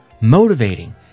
motivating